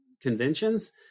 conventions